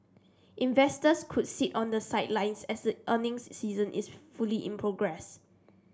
investors could sit on the sidelines as the earnings season is fully in progress